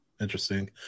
Interesting